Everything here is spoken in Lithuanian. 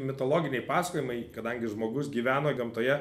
mitologiniai pasakojimai kadangi žmogus gyveno gamtoje